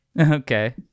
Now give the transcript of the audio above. Okay